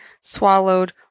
swallowed